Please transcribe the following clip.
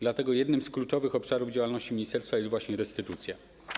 Dlatego jednym z kluczowych obszarów działalności ministerstwa jest właśnie restytucja.